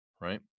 right